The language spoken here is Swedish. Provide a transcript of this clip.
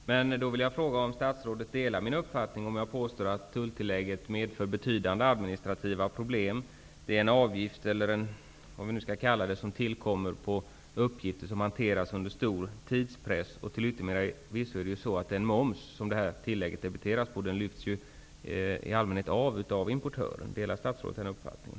Fru talman! Jag vill då fråga om statsrådet delar min uppfattning att tulltillägget medför betydande administrativa problem. Det är en avgift som beräknas på uppgifter som hanteras under stor tidspress. Till yttermera visso lyfts den moms som tillägget debiteras på av i allmänhet av importören. Delar statsrådet den uppfattningen?